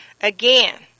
Again